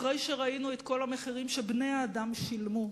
אחרי שראינו את כל המחירים שבני-האדם שילמו,